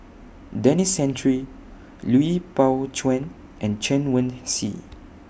Denis Santry Lui Pao Chuen and Chen Wen Hsi